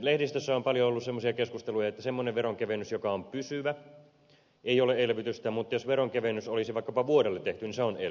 lehdistössä on paljon ollut semmoisia keskusteluja että semmoinen veronkevennys joka on pysyvä ei ole elvytystä mutta jos veronkevennys olisi vaikkapa vuodelle tehty se on elvytystä